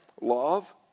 love